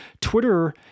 Twitter